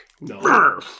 No